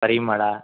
ಪರಿಮಳ